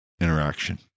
interaction